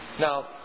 Now